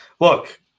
Look